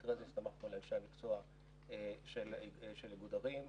ובמקרה בזה הסתמכנו על אנשי המקצוע של איגוד ערים.